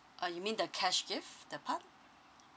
uh you mean the cash gift that part